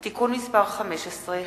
הצעת חוק הבנקאות (רישוי) (תיקון מס' 15),